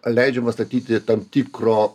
leidžiama statyti tam tikro